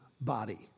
body